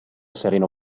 sereno